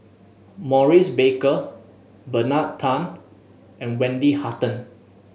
Maurice Baker Bernard Tan and Wendy Hutton